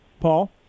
Paul